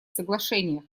соглашениях